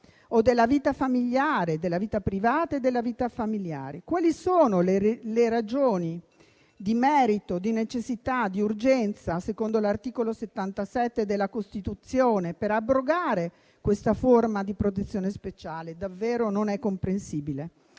del diritto al rispetto della sua vita privata e familiare. Quali sono le ragioni di merito, di necessità e di urgenza, secondo l'articolo 77 della Costituzione, per abrogare questa forma di protezione speciale? Davvero non è comprensibile.